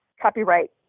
copyright